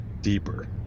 deeper